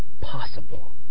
possible